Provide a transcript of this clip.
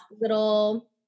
little